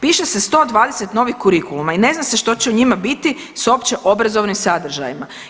Piše se 120 novih kurikuluma i ne zna se što će u njima biti s opće obrazovnim sadržajima.